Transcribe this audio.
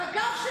כך בדיוק.